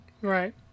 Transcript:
Right